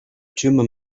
tumour